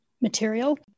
material